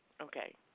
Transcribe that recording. Okay